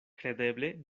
kredeble